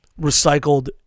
recycled